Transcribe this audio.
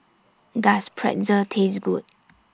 Does Pretzel Taste Good